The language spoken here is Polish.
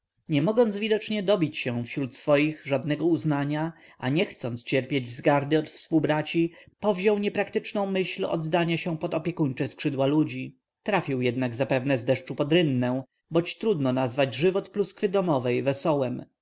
parjasa niemogąc widocznie dobić się wśród swoich żadnego uznania a nie chcąc cierpieć wzgardy od współbraci powziął niepraktyczną myśl oddania się pod opiekuńcze skrzydła ludzi trafił jednak zapewne z deszczu pod rynnę boć trudno nazwać żywot pluskwy domowej wesołym